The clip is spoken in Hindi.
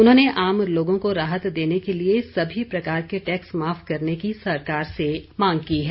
उन्होंने आम लोगों को राहत देने के लिए सभी प्रकार के टैक्स माफ करने की सरकार से मांग की है